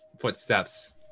footsteps